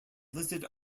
listed